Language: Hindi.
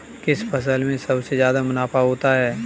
किस फसल में सबसे जादा मुनाफा होता है?